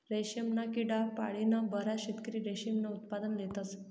रेशमना किडा पाळीन बराच शेतकरी रेशीमनं उत्पादन लेतस